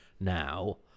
now